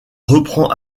reprend